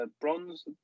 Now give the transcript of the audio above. bronze